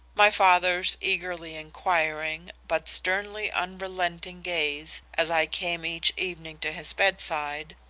my father's eagerly inquiring, but sternly unrelenting gaze as i came each evening to his bedside,